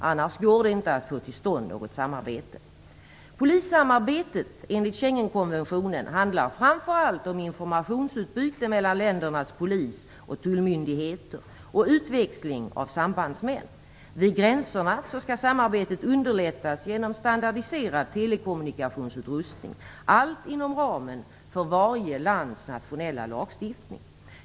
Annars går det inte att få till stånd något samarbete. Polissamarbetet enligt Schengenkonventionen handlar framför allt om informationsutbyte mellan ländernas polis och tullmyndigheter och utväxling av sambandsmän. Vid gränserna skall samarbetet underlättas genom standardiserad telekommunikationsutrustning. Allt detta sker inom ramen för varje lands nationella lagstiftning.